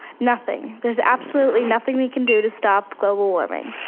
nothing, there's absolutely nothing we can do to stop global warming.